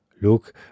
Look